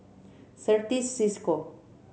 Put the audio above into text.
Certis Cisco